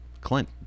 Clint